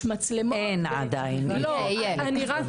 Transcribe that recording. ומרחיקים אותו מאמצעים טכנולוגיים.